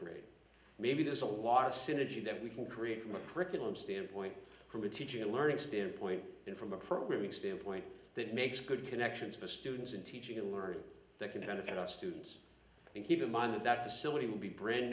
grade maybe there's a lot of synergy that we can create from a curriculum standpoint from a teaching and learning standpoint and from a programming standpoint that makes good connections for students and teaching and learning that can benefit our students and keep in mind that facility will be brand